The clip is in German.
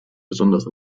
besonders